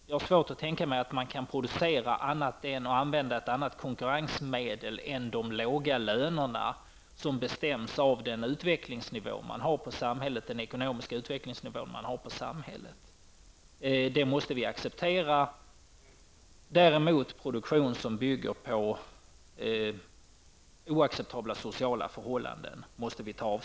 Jag har svårt att tänka mig att man i produktionen kan använda något annat konkurrensmedel än de låga lönerna som bestäms av den ekonomiska utvecklingsnivån i samhället. Det måste vi acceptera. Däremot måste vi ta avstånd från produktion som bygger på oacceptabla sociala förhållanden.